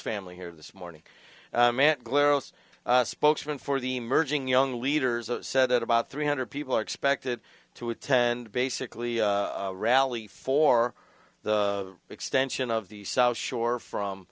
family here this morning glarus a spokesman for the emerging young leaders said that about three hundred people are expected to attend basically rally for the extension of the south shore